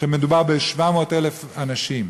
ומדובר ב-700,000 אנשים.